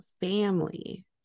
family